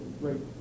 great